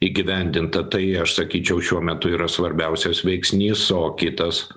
įgyvendinta tai aš sakyčiau šiuo metu yra svarbiausias veiksnys o kitas